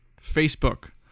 Facebook